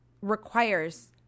requires